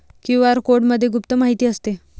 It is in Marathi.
क्यू.आर कोडमध्ये गुप्त माहिती असते